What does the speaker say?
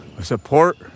support